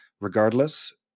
regardless